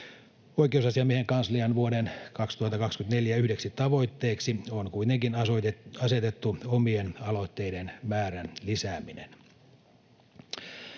Oikeusasiamiehen kanslian vuoden 2024 yhdeksi tavoitteeksi on kuitenkin asetettu omien aloitteiden määrän lisääminen.